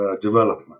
development